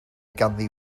ganddi